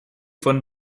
von